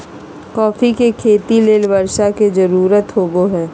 coffee के खेती ले बर्षा के जरुरत होबो हइ